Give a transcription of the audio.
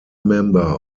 member